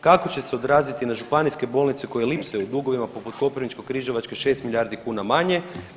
Kako će se odraziti na županijske bolnice koje lipsaju u dugovima poput Koprivničko-križevačke 6 milijardi kuna manje?